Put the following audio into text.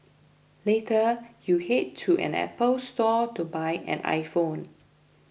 later you head to an Apple Store to buy an iPhone